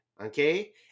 okay